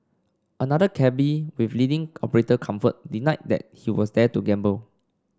another cabby with leading operator comfort denied that he was there to gamble